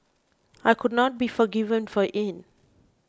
I could not be forgiven for it